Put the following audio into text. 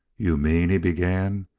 you mean he began,